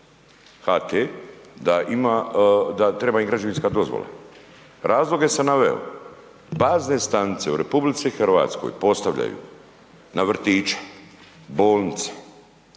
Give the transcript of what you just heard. ima, da treba im građevinska dozvola. Razloge sam naveo. Bazne stanice u RH postavljaju na vrtiće, bolnice,